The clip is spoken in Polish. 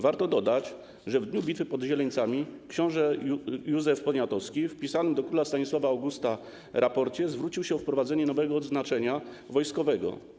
Warto dodać, że w dniu bitwy pod Zieleńcami książę Józef Poniatowski w pisanym do króla Stanisława Augusta raporcie zwrócił się o wprowadzenie nowego odznaczenia wojskowego.